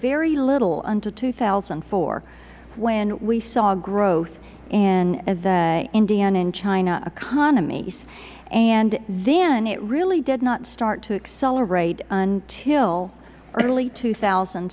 very little until two thousand and four when we saw growth in the india and china economies and then it really did not start to accelerate until early two thousand